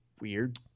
weird